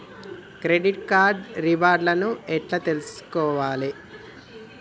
Credit card reward లను ఎట్ల తెలుసుకోవాలే?